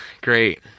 Great